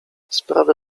sprawę